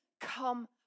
come